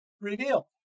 Reveal